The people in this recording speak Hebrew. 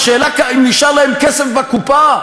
אם נשאר להם כסף בקופה,